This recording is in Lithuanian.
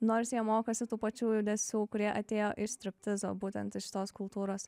nors jie mokosi tų pačių judesių kurie atėjo iš striptizo būtent iš šitos kultūros